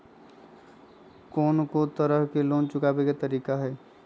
कोन को तरह से लोन चुकावे के तरीका हई?